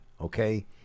Okay